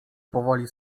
powoli